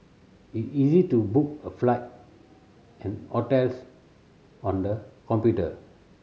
it is easy to book a flight and hotels on the computer